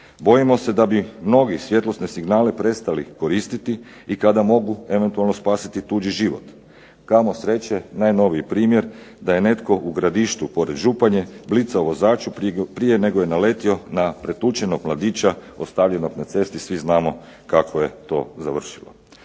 Bojimo se da bi mnogi svjetlosne signale prestali koristiti i kada mogu eventualno spasiti tuđi život. Kamo sreće najnoviji primjer da je netko u Gradištu pored Županje blicao vozaču prije nego je naletio na pretučenog mladića ostavljenog na cesti. Svi znamo kako je to završilo.